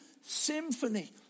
Symphony